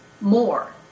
more